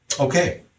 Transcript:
okay